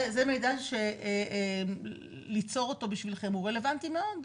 זה מידע שליצור אותו בשבילכם הוא רלבנטי מאוד.